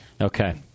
Okay